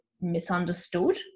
misunderstood